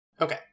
Okay